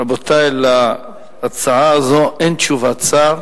רבותי, להצעה הזו אין תשובת שר,